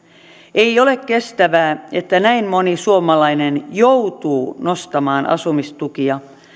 ei ole kestävää että näin moni suomalainen joutuu nostamaan asumistukia